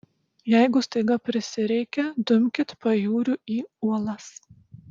jeigu staiga prisireikia dumkit pajūriu į uolas